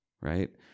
right